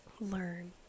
learn